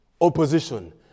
opposition